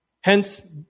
Hence